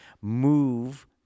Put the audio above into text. move